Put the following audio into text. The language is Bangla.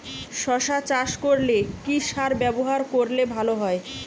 শশা চাষ করলে কি সার ব্যবহার করলে ভালো হয়?